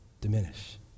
diminish